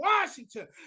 Washington